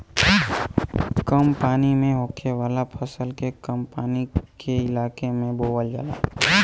कम पानी में होखे वाला फसल के कम पानी के इलाके में बोवल जाला